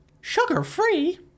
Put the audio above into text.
Sugar-free